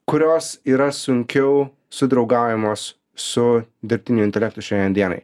kurios yra sunkiau sudraugaujamos su dirbtiniu intelektu šiandien dienai